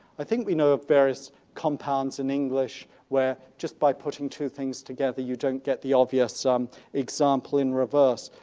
i think we know ah various compounds in english where just by putting two things together you don't get the obvious some example in reverse.